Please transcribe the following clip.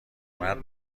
مرد